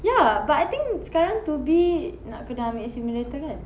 ya but I think this sekarang two B nak kena ambil simulator kan